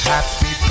Happy